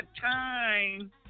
time